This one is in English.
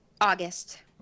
August